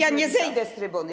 Ja nie zejdę z trybuny.